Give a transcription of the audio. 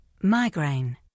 migraine